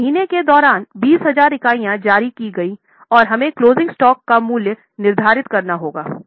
अब महीने के दौरान 20000 इकाइयाँ जारी की गईं और हमें क्लोजिंग स्टॉक का मूल्य निर्धारित करना होगा